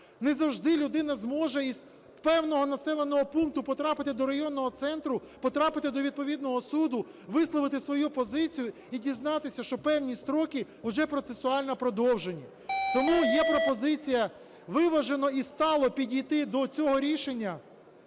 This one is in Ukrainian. Не завжди людина зможе із певного населеного пункту потрапити до районного центру, потрапити до відповідного суду, висловити свою позицію і дізнатися, що певні строки уже процесуально продовжені. Тому є пропозиція виважено і стало підійти до цього рішення.